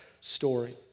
story